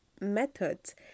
methods